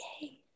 Yay